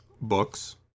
books